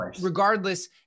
regardless